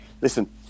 listen